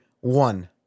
one